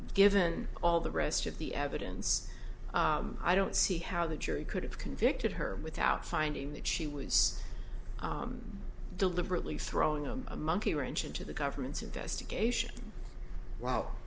given all the rest of the evidence i don't see how the jury could have convicted her without finding that she was deliberately throwing a monkey wrench into the government's investigation wow